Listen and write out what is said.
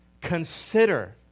consider